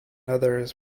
others